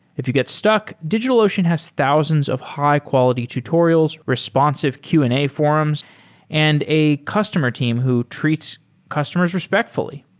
if you get stuck, digitalocean has thousands of high-quality tutorials, responsive q and a forums and a customer team who treats customers respectfully.